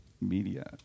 media